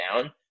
down